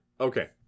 okay